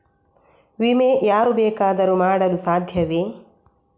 ವಿಮೆ ಯಾರು ಬೇಕಾದರೂ ಮಾಡಲು ಸಾಧ್ಯವೇ?